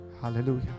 Hallelujah